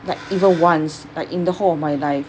like even once like in the whole of my life